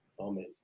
Amen